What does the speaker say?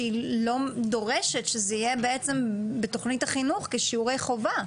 שהיא לא דורשת שזה יהיה בעצם בתוכנית החינוך כשיעורי חובה.